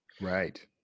Right